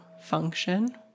function